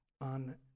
on